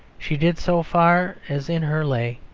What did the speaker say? she did, so far as in her lay,